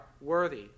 worthy